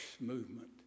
movement